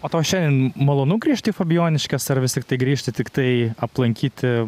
o tau šiandien malonu grįžti į fabijoniškes ar vis tiktai grįžti tiktai aplankyti